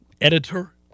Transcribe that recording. Editor